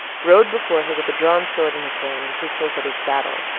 rode before her with a drawn sword in his hand, and pistols at his saddle.